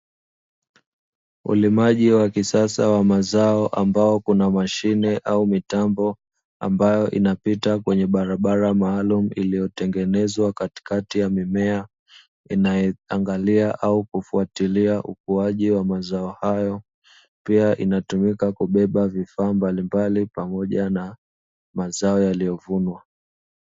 Ulimaji wa kisasa wa mazao ambao kuna mashine au mitambo ambayo inapita kwenye barabara maalumu iliyotengenezwa katikati ya mimea, inayoangalia au kufwatilia ukuaji wa mazao hayo pia inatumika kubeba vifaa mbalimbali pamoja na mazao yaliyovunwa.